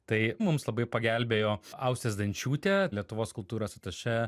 tai mums labai pagelbėjo austė zdančiūtė lietuvos kultūros atašė